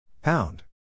Pound